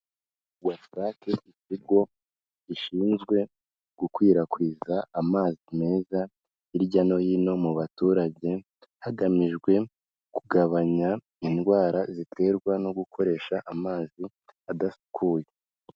WASAC ikigo gishinzwe gukwirakwiza amazi meza hirya no hino mu baturage, hagamijwe kugabanya indwara ziterwa no gukoresha amazi adasukuye.